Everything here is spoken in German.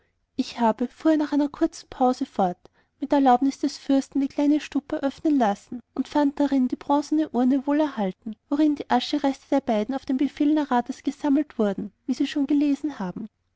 ich habe fuhr er nach einer kurzen pause fort mit erlaubnis des fürsten die kleine stupa öffnen lassen und fand darin die bronzene urne wohlerhalten worin die aschenreste der beiden auf den befehl naradas gesammelt wurden wie sie wohl schon gelesen haben